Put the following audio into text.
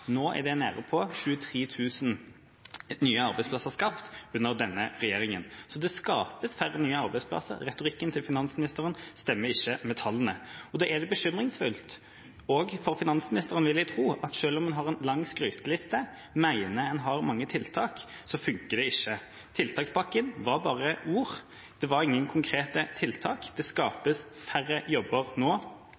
Nå er det nede på 23 000 nye arbeidsplasser skapt under denne regjeringa, så det skapes færre nye arbeidsplasser, retorikken til finansministeren stemmer ikke med tallene. Da er det bekymringsfullt – også for finansministeren, vil jeg tro – at selv om en har en lang skryteliste og mener en har mange tiltak, så fungerer det ikke. Tiltakspakken var bare ord. Det var ingen konkrete tiltak. Det